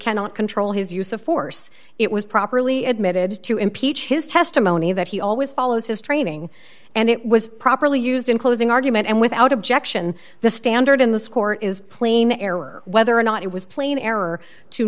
cannot control his use of force it was properly admitted to impeach his testimony that he always follows his training and it was properly used in closing argument and without objection the standard in this court is plain error whether or not it was plain error to